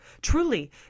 Truly